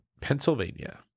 Pennsylvania